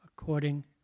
according